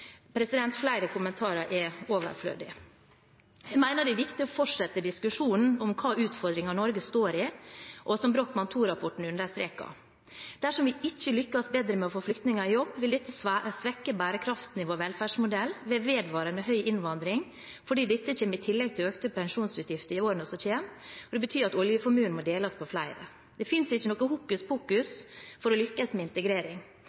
Flere kommentarer er overflødig. Jeg mener det er viktig å fortsette diskusjonen om hvilke utfordringer Norge står i, og som Brochmann II-rapporten understreker. Dersom vi ikke lykkes bedre med å få flyktninger i jobb, vil dette svekke bærekraften i vår velferdsmodell med vedvarende høy innvandring, fordi dette kommer i tillegg til økte pensjonsutgifter i årene som kommer. Det betyr at oljeformuen må deles på flere. Det finnes ikke noe hokuspokus for å lykkes med integrering.